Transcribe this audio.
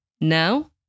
Now